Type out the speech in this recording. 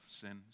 sins